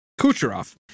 Kucherov